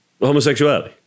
Homosexuality